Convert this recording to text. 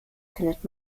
findet